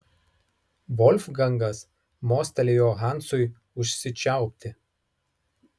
volfgangas mostelėjo hansui užsičiaupti